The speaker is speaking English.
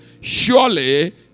Surely